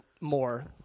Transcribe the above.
more